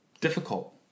difficult